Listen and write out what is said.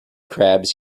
crabs